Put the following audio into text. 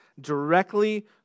directly